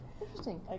Interesting